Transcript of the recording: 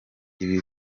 ibi